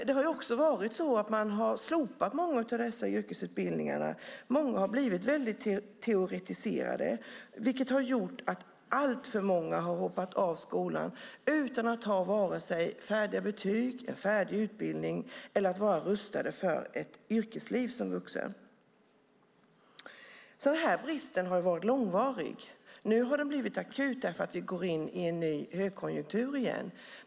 Det har också varit så att man har slopat många yrkesutbildningar, och många har blivit väldigt teoretiserade, vilket har gjort att alltför många har hoppat av skolan utan att ha vare sig färdiga betyg, en färdig utbildning, eller vara rustad för ett yrkesliv som vuxen. Den här bristen har varit långvarig. Nu har den blivit akut, därför att vi går in i en ny högkonjunktur igen.